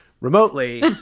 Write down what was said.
remotely